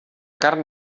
carn